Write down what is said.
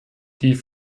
die